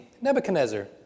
Nebuchadnezzar